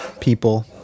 people